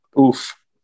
Oof